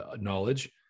knowledge